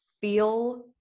feel